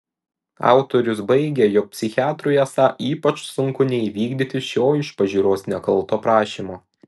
autorius baigia jog psichiatrui esą ypač sunku neįvykdyti šio iš pažiūros nekalto prašymo